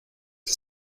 que